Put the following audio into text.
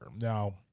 Now